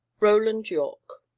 roland yorke.